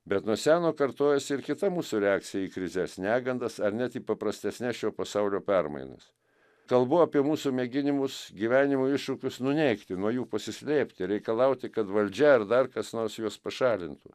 bet nuo seno kartojasi ir kita mūsų reakcija į krizes negandas ar net į paprastesnes šio pasaulio permainas kalbu apie mūsų mėginimus gyvenimo iššūkius nuneigti nuo jų pasislėpti reikalauti kad valdžia ar dar kas nors juos pašalintų